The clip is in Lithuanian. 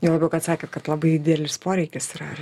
juo labiau kad sakėt kad labai didelis poreikis yra